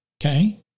Okay